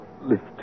lift